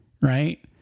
right